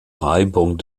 reibung